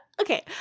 Okay